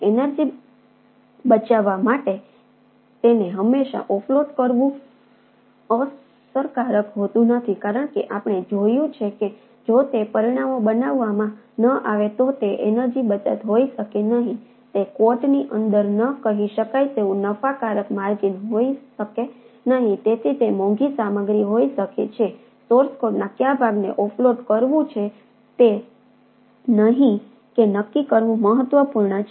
energy કોડના કયા ભાગને ઓફલોડ કરવું છે કે નહીં તે નક્કી કરવું મહત્વપૂર્ણ છે